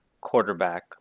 quarterback